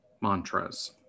mantras